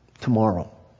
tomorrow